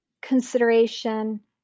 consideration